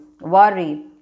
worry